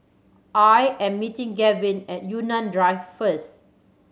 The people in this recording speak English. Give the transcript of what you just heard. I am meeting Gavyn at Yunnan Drive first